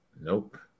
Nope